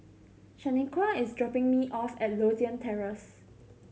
Shanequa is dropping me off at Lothian Terrace